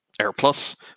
AirPlus